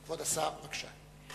כבוד השר, בבקשה.